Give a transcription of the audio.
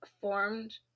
formed